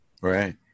Right